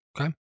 Okay